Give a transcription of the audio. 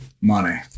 Money